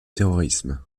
terrorisme